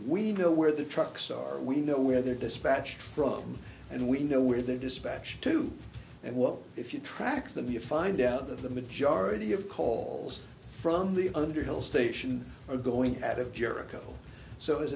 we know where the trucks are we know where they're dispatched from and we know where they're dispatched to and what if you track them you find out that the majority of call from the underhill station are going out of jericho so